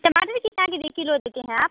टमाटर कितना K G kilo देते हैं आप